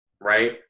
right